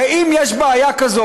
הרי אם יש בעיה כזו,